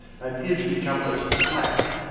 and is become as blacke,